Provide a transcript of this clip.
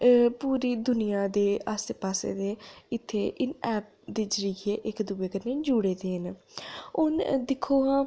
अ पूरी दुनिया दे आस्सै पास्सै दे इत्थै इ'नें ऐप्पें दे जरिेयै इक दूए कन्नै जुड़े दे न हून दिक्खो हां